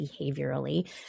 behaviorally